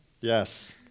Yes